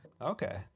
Okay